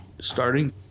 starting